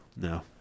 No